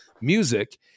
music